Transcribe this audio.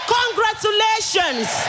congratulations